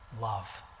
love